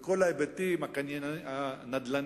וכל ההיבטים הנדל"ניים